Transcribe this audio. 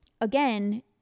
again